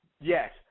yes